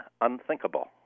unthinkable